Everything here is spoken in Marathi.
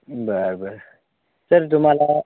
बरं बरं सर तुम्हाला